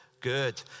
Good